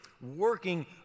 working